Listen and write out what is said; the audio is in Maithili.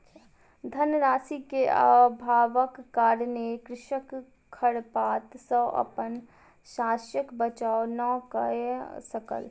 धन राशि के अभावक कारणेँ कृषक खरपात सॅ अपन शस्यक बचाव नै कय सकल